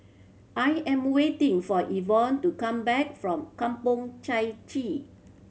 I am waiting for Yvonne to come back from Kampong Chai Chee